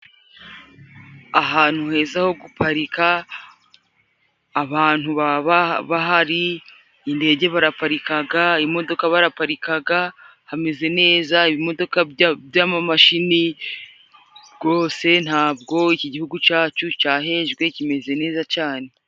Ahantu heza ho guparika abantu baba bahari, indege baraparikaga, imodoka baraparikaga, hameze neza ibimodoka by'amamashini rwose ntabwo iki gihugu cacu cahejwe kimeze neza cane.